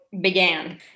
began